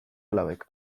alabek